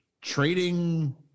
trading